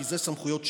כי אלו סמכויות שב"כ.